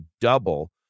double